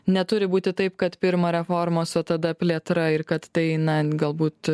neturi būti taip kad pirma reformos o tada plėtra ir kad tai na galbūt